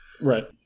Right